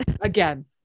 again